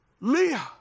Leah